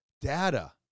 data